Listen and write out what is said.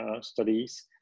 studies